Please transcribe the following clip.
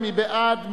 מי בעד?